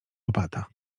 opata